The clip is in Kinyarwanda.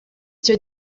cyo